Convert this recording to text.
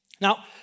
Now